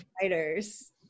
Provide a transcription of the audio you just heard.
fighters